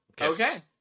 Okay